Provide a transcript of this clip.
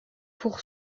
pour